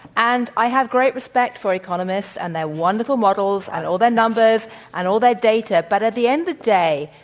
and i have great respect for economists and their wonderful models and all their numbers and all their data, but at the end of the day,